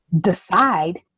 decide